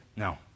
No